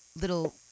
little